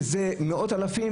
שהם מאות אלפים,